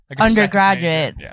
undergraduate